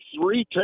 three